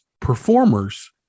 performers